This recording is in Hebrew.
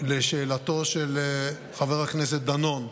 לשאלתו של חבר הכנסת דנון,